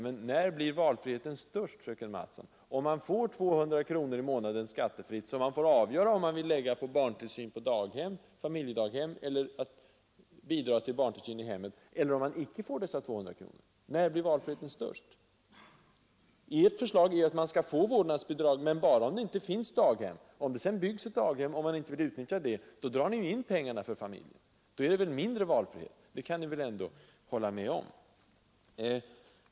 Men när blir valfriheten störst, fröken Mattson, om man får 200 kronor i månaden skattefritt, som man får avgöra om man vill lägga på barntillsyn på daghem, familjedaghem eller bidrag till barntillsyn i hemmen, eller om man icke får dessa 200 kronor? Ert förslag är att man skall få vårdnadsbidrag men bara om det inte finns daghem. Om det sedan byggs ett daghem och man inte vill utnyttja det, drar ni in pengarna för familjen. Då blir det mindre valfrihet, det kan ni väl ändå hålla med om?